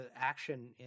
action